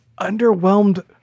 underwhelmed